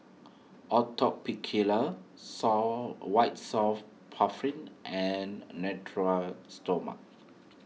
Atopiclair saw White Soft puffin and Natura Stoma